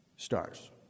stars